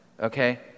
okay